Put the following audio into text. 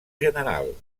general